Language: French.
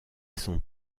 son